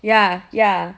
ya ya